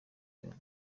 yombi